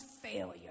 failure